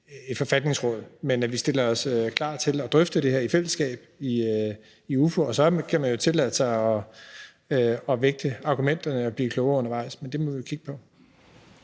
et forfatningsråd, men at vi stiller os klar til at drøfte det i fællesskab i Udvalget for Forretningsordenen. Og så kan man jo tillade sig at vægte argumenterne og blive klogere undervejs, men det må vi jo kigge på.